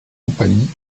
compagnie